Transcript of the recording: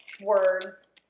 words